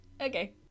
Okay